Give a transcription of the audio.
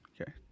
okay